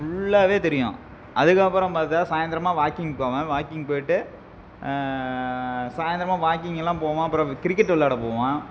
ஃபுல்லாகவே தெரியும் அதுக்கப்புறம் பார்த்தா சாய்ந்திரமா வாக்கிங் போவேன் வாக்கிங் போய்விட்டு சாய்ந்திரமா வாக்கிங்கெல்லாம் போவேன் அப்புறம் கிரிக்கெட் விளாட போவேன்